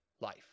life